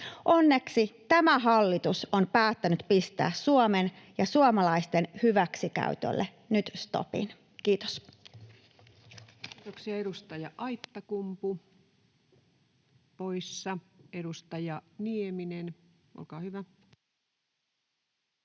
Onneksi tämä hallitus on päättänyt pistää Suomen ja suomalaisten hyväksikäytölle nyt stopin. — Kiitos. Kiitoksia. — Edustaja Aittakumpu, poissa. — Edustaja Nieminen, olkaa hyvä.